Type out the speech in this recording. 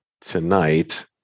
tonight